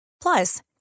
Plus